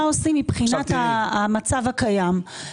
מה עושים מבחינת המצב הקיים.